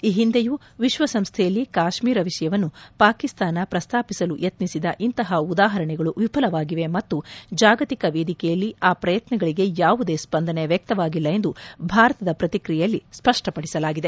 ಈ ಹಿಂದೆಯೂ ವಿಶ್ವಸಂಸ್ದೆಯಲ್ಲಿ ಕಾಶ್ಮೀರ ವಿಷಯವನ್ನು ಪಾಕಿಸ್ತಾನ ಪ್ರಸ್ತಾಪಿಸಲು ಯತ್ತಿಸಿದ ಇಂತಹ ಉದಾಹರಣೆಗಳು ವಿಫಲವಾಗಿವೆ ಮತ್ತು ಜಾಗತಿಕ ವೇದಿಕೆಯಲ್ಲಿ ಆ ಪ್ರಯತ್ನಗಳಿಗೆ ಯಾವುದೇ ಸ್ವಂದನೆ ವ್ಯಕ್ತವಾಗಿಲ್ಲ ಎಂದು ಭಾರತದ ಪ್ರತಿಕ್ರಿಯೆಯಲ್ಲಿ ಸ್ಪ ಷ್ಪ ಪದಿಸಲಾಗಿದೆ